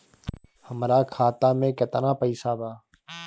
हमरा खाता में केतना पइसा बा?